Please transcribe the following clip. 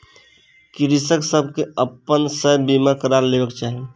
कृषक सभ के अपन शस्य के बीमा करा लेबाक चाही